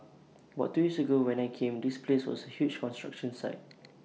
about two years ago when I came this place was A huge construction site